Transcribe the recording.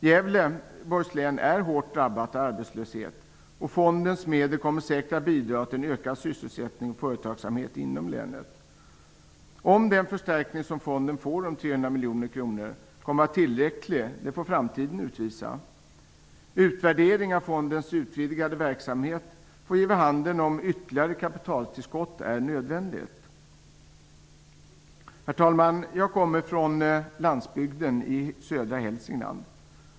Gävleborgs län är hårt drabbat av arbetslöshet, och fondens medel kommer säkert att bidra till en ökad sysselsättning och företagsamhet inom länet. Om den förstärkning som fonden får om 300 miljoner kronor kommer att vara tillräcklig får framtiden utvisa. Utvärdering av fondens utvidgade verksamhet får ge vid handen om ytterligare kapitaltillskott är nödvändigt. Herr talman! Jag kommer från landsbygden i södra Hälsingland.